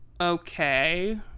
Okay